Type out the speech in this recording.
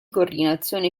coordinazione